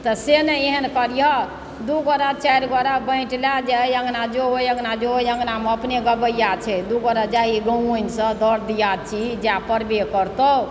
तऽ से नहि एहन करिहऽ दू गोड़ा चाइर गोड़ा बाँटि लऽ जे एहि अङ्गना जो ओइ अङ्गना जो ओहि अङ्गनामे अपने गवैआ छै दू गोड़ा जाही गवाइनसभ दर दियाद छीही जाय पड़बे करतहुँ